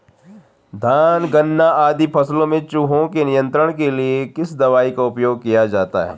धान गन्ना आदि फसलों में चूहों के नियंत्रण के लिए किस दवाई का उपयोग किया जाता है?